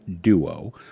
duo